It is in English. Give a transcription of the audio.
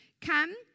come